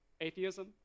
Atheism